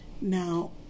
Now